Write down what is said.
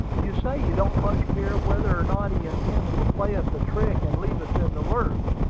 you say you don't much care whether or not he intends to play us a trick and leave us in the lurch.